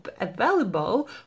available